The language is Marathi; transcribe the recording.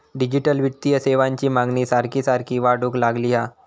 डिजिटल वित्तीय सेवांची मागणी सारखी सारखी वाढूक लागली हा